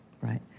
right